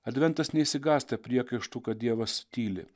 adventas neišsigąsta priekaištų kad dievas tyli